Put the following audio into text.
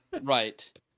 right